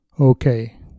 Okay